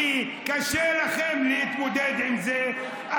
כי קשה לכם להתמודד עם זה,